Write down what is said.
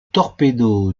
torpedo